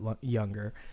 younger